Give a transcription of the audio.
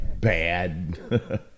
bad